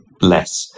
less